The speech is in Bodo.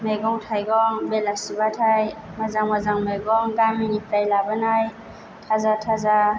मैगं थाइगं बेलासिबाथाइ मोजां मोजां मैगं गामिनिफ्राय लाबोनाय थाजा थाजा